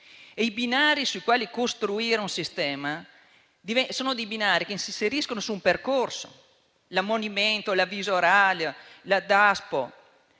I binari sui quali costruire un sistema sono binari che si inseriscono su un percorso: l'ammonimento, l'avviso orale, il Daspo,